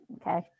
okay